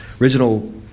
original